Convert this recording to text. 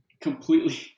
completely